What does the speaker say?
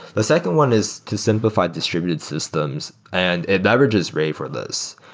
the second one is to simplify distributed systems and it leverages ray for this.